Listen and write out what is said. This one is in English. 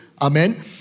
Amen